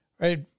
right